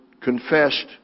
confessed